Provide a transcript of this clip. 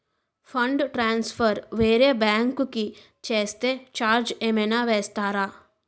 Fund transfer వేరే bank కి చేస్తే ఛార్జ్ ఏమైనా వేస్తారా?